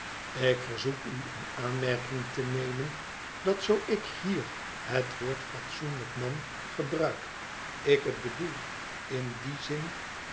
ik verzoek u in aanmerking te nemen dat zoo ik hier het woord fatsoenlijk man gebruik ik het bedoel in dien zin